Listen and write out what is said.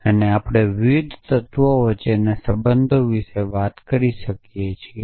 અને આપણે વિવિધ તત્વો વચ્ચેના સંબંધો વિશે વાત કરી શકીએ છીએ